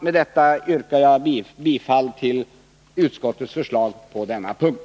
Med detta yrkar jag bifall till utskottets förslag på denna punkt.